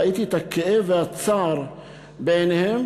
ראיתי את הכאב והצער בעיניהם,